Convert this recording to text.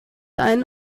einen